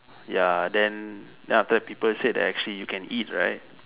ya then after that people said that actually you can eat right